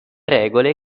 regole